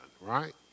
right